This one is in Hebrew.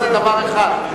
זה דבר אחד,